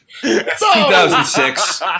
2006